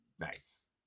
Nice